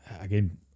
Again